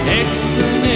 explanation